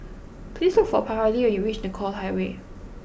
please look for Paralee when you reach Nicoll Highway